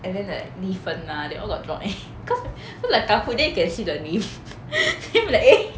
and then like li fen lah they all got join caus~ cause like kahoot there can see the name then I'm like eh